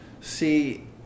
see